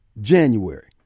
January